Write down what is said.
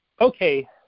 okay